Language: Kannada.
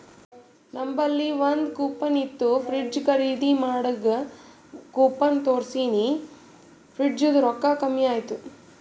ನಂಬಲ್ಲಿ ಒಂದ್ ಕೂಪನ್ ಇತ್ತು ಫ್ರಿಡ್ಜ್ ಖರ್ದಿ ಮಾಡಾಗ್ ಕೂಪನ್ ತೋರ್ಸಿನಿ ಫ್ರಿಡ್ಜದು ರೊಕ್ಕಾ ಕಮ್ಮಿ ಆಯ್ತು